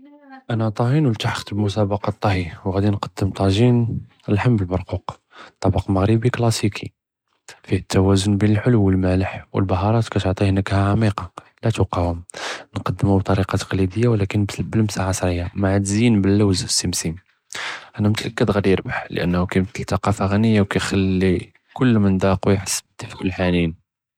אנא טאהין، וּלְתַחַקְת בִּמֻסַאבּקַת טַהִי וְעַאדִי נְקַדֶּם טַאגִ׳ין לַחְם בִּלְבְּרְקוּק، טַבַּק מַעְ׳רִבִּי כְּלַאסִיקִי، פִיה תַוַאזֶן בּין לְחְלוּ וּלְמַאלֵח، אלבְהַארַאת כְּתְעְטִיְה נִכְהַה עַמִיקַה לַא תֻקַאוּם، נְקַדֶּם בְּטָרִיקַה תַקְלִידִיָּה וַלַכִּן בִּלְמְסַה עַצְרִיַּה، מַע תְזִיֵין בִּלְלוּז וּסִּמְסֵם، אנא מֻתַאַכֶּד עַאדִי יִרְבַּח، לִאַנַּה כְּתַקַאפַה עְ׳נִיַּה، וכִּיכְּלִּי כֻּל מֻנְדַאקֻו יִחֵס בִּדִפְא וּאלְחַנִין.